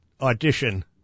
audition